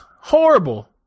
Horrible